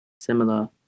similar